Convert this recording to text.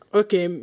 okay